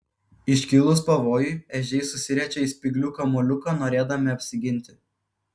iškilus pavojui ežiai susiriečia į spyglių kamuoliuką norėdami apsiginti